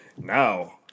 Now